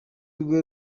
rwe